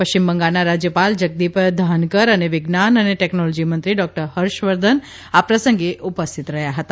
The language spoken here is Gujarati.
પશ્ચિમ બંગાળના રાજયપાલ જગદીપ ધાનકર અને વિજ્ઞાન અને ટેકનોલોજી મંત્રી ડૉકટર હર્ષવર્ધન આ પ્રસંગે ઉપસ્થિત રહ્યા હતા